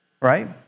Right